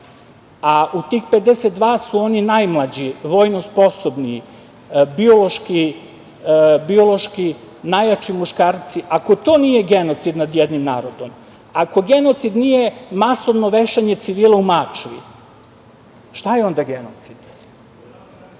a u tih 52% su oni najmlađi vojno sposobni, biološki najjači muškarci, ako to nije genocid nad jednim narodom, ako genocid nije masovno vešanje civila u Mačvi, šta je onda genocid? Ono